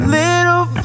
little